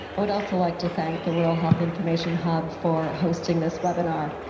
i would also like to thank the rural health information hub for hosting this webinar.